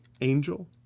Angel